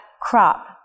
crop